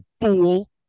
Fool